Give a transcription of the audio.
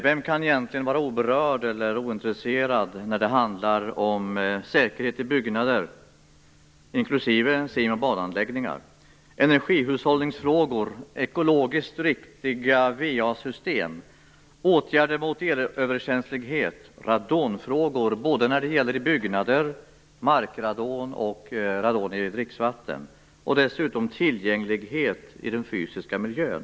Vem kan egentligen vara oberörd eller ointresserad när det handlar om säkerhet i byggnader, inklusive sim och badanläggningar, energihushållningsfrågor, ekologiskt riktiga va-system, åtgärder mot elöverkänslighet, radonfrågor, såväl radon i byggnader som i mark och i dricksvatten, och dessutom tillgänglighet i den fysiska miljön?